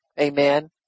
Amen